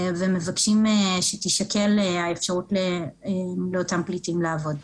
ומבקשים שתישקל האפשרות ליתן לאותם פליטים לעבוד.